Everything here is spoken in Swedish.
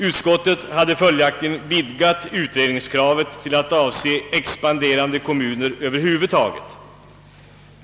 Utskottet hade följaktligen vidgat utredningskravet till att avse expanderande kommuner över huvud taget.